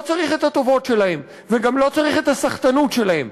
לא צריך את הטובות שלהן וגם לא צריך את הסחטנות שלהן.